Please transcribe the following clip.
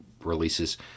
releases